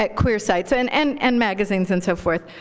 like queer sites and and and magazines and so forth,